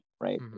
right